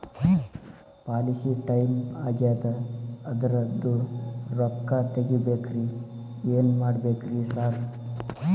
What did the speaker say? Policy time ಆಗ್ಯಾದ ಅದ್ರದು ರೊಕ್ಕ ತಗಬೇಕ್ರಿ ಏನ್ ಮಾಡ್ಬೇಕ್ ರಿ ಸಾರ್?